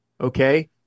Okay